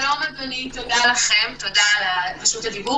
שלום, אדוני, תודה לכם, תודה על רשות הדיבור.